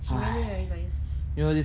she really very nice